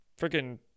freaking